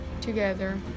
together